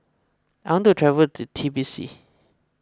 I want to travel to Tbilisi